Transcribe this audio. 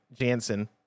Jansen